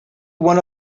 one